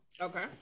Okay